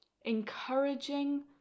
Encouraging